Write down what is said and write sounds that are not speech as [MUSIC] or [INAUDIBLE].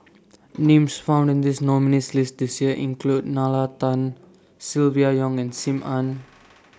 Names found in The nominees' list This Year include Nalla Tan Silvia Yong and SIM Ann [NOISE]